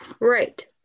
Right